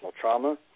trauma